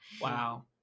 wow